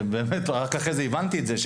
ורק אחרי זה הבנתי את זה,